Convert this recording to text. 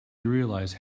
realize